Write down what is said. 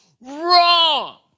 Wrong